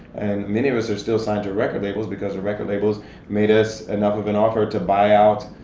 and many of us are still signed to record labels because record labels made us enough of an offer to buy out.